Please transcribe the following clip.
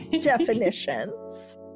definitions